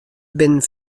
binnen